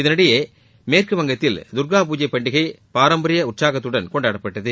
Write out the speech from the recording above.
இதனிடையே மேற்குவங்கத்தில் துர்கா பூஜை பண்டிகை பாரம்பரிய உற்சாகத்துடன் கொண்டாடப்பட்டது